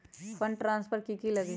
Fund transfer कि की लगी?